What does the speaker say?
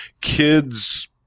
Kid's